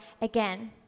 again